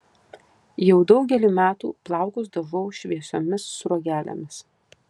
jau daugelį metų plaukus dažau šviesiomis sruogelėmis